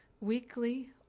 weekly